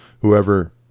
Whoever